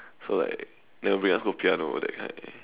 so like never bring us for piano that kind